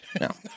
No